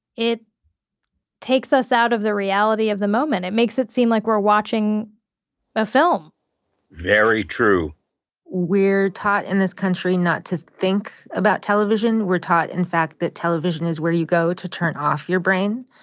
it takes us out of the reality of the moment, it makes it seem like we're watching a film very true we're taught in this country not to think about television. we're taught in fact that television is where you go to turn off your brain.